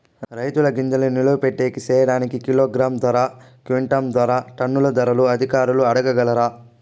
రైతుల గింజల్ని నిలువ పెట్టేకి సేయడానికి కిలోగ్రామ్ ధర, క్వింటాలు ధర, టన్నుల ధరలు అధికారులను అడగాలా?